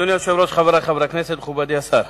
אדוני היושב-ראש, חברי חברי הכנסת, מכובדי השר,